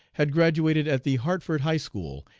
had graduated at the hartford high school,